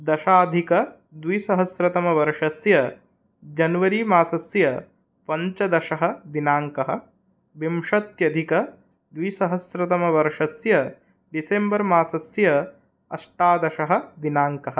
दशाधिकद्विसहस्रतमवर्षस्य जन्वरीमासस्य पञ्चदशः दिनाङ्कः विंशत्यधिकद्विसहस्रतमवर्षस्य डिसेम्बर्मासस्य अष्टादशः दिनाङ्कः